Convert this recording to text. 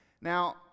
Now